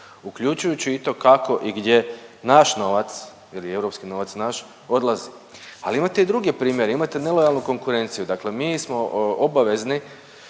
uključujući i to kako i gdje naš novac jer je europski novac naš, odlazi. Ali imate i druge primjere. Imate nelojalnu konkurenciju. Dakle mi smo obavezni